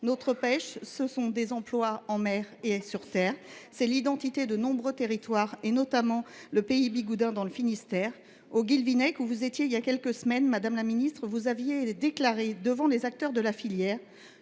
notre pêche, ce sont des emplois en mer et sur terre, c’est l’identité de nombreux territoires, et notamment celle du pays bigouden dans le Finistère. Au Guilvinec, où vous vous êtes rendue il y a quelques semaines, madame la ministre, vous avez déclaré devant les acteurs de la filière